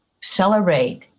celebrate